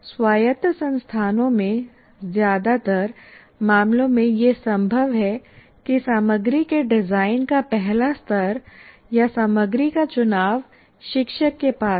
स्वायत्त संस्थानों में ज्यादातर मामलों में यह संभव है कि सामग्री के डिजाइन का पहला स्तर या सामग्री का चुनाव शिक्षक के पास है